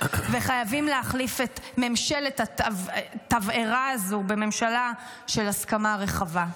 וחייבים להחליף את ממשלת התבערה הזו בממשלה של הסכמה רחבה.